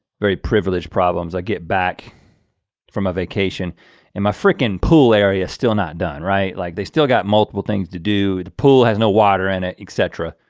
very privileged problems. i get back from a vacation and my fricking pool area still not done right? like they still got multiple things to do. the pool has no water in it, et cetera.